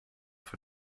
for